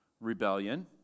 Rebellion